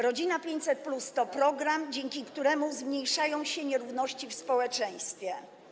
Rodzina 500+” to program, dzięki któremu zmniejszają się nierówności w społeczeństwie.